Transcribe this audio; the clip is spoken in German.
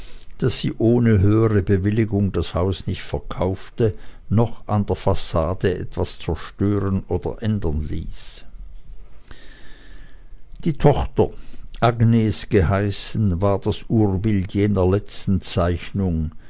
daß sie ohne höhere bewilligung das haus nicht verkaufte noch an der fassade etwas zerstören oder ändern ließ die tochter agnes geheißen war das urbild jener letzten zeichnung